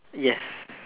yes